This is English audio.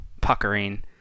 puckering